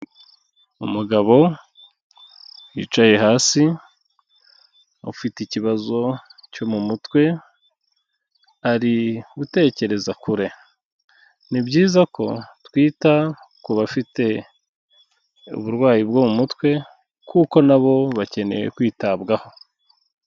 Umugabo wicaye hasi, ufite ikibazo cyo mu mutwe, ari gutekereza kure. Ni byiza ko twita ku bafite uburwayi bwo mu mutwe kuko na bo bakeneye kwitabwaho.